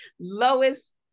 Lois